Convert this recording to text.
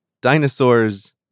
dinosaurs